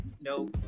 no